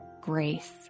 grace